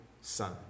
son